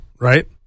right